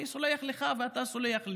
אני סולח לך ואתה סולח לי,